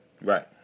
Right